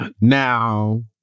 Now